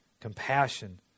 compassion